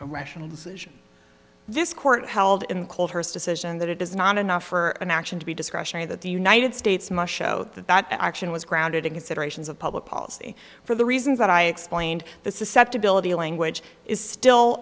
the rational decision this court held in called her decision that it is not enough for an action to be discretionary that the united states must show that that action was grounded in considerations of public policy for the reasons that i explained the susceptibility language is still